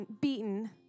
beaten